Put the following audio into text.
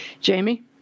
Jamie